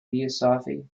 theosophy